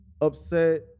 upset